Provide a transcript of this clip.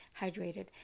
hydrated